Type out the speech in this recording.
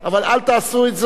אבל אל תעשו זאת.